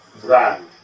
brand